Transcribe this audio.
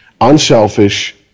unselfish